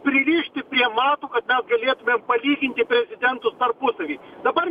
prilįsti prie matų kad mes galėtumėm palyginti prezidentus tarpusavy dabar